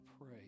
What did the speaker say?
pray